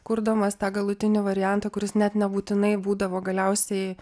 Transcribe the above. kurdamas tą galutinį variantą kuris net nebūtinai būdavo galiausiai